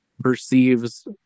perceives